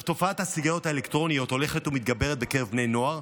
תופעת הסיגריות האלקטרוניות הולכת ומתגברת בקרב בני נוער,